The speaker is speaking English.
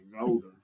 older